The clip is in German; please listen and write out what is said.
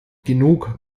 genug